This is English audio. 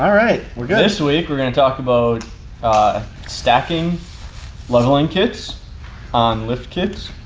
alright. we're good. this week, we're gonna talk about stacking leveling kits on lift kits,